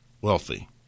wealthy